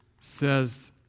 says